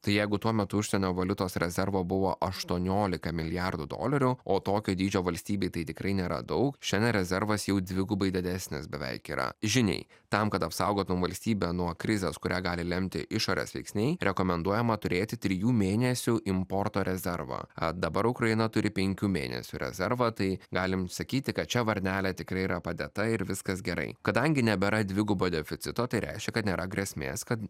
tai jeigu tuo metu užsienio valiutos rezervo buvo aštuoniolika milijardų dolerių o tokio dydžio valstybei tai tikrai nėra daug šiandien rezervas jau dvigubai didesnis beveik yra žiniai tam kad apsaugotum valstybę nuo krizės kurią gali lemti išorės veiksniai rekomenduojama turėti trijų mėnesių importo rezervą a dabar ukraina turi penkių mėnesių rezervą tai galim sakyti kad čia varnelė tikrai yra padėta ir viskas gerai kadangi nebėra dvigubo deficito tai reiškia kad nėra grėsmės kad